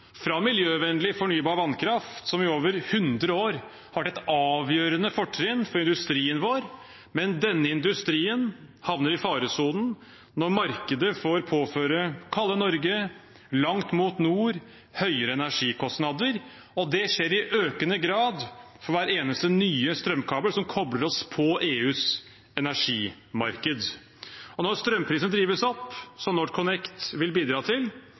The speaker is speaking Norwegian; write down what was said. fra miljøvennlig, fornybar vannkraft som i over 100 år har vært et avgjørende fortrinn for industrien vår, men denne industrien havner i faresonen når markedet får påføre kalde Norge langt mot nord høyere energikostnader, og det skjer i økende grad for hver eneste nye strømkabel som kobler oss på EUs energimarked. Når strømprisen drives opp, som NorthConnect vil bidra til,